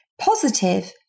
positive